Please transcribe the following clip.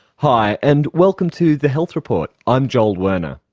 hi, and welcome to the health report. i'm joel werner.